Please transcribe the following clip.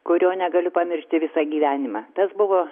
kurio negaliu pamiršti visą gyvenimą tas buvo